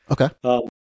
Okay